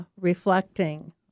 reflecting